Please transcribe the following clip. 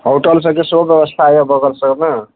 hotel सबके सेहो व्यवस्था यऽ बगल सबमे